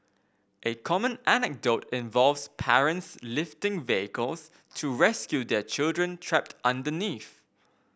a common anecdote involves parents lifting vehicles to rescue their children trapped underneath